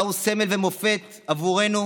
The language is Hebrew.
אתה הוא סמל ומופת עבורנו,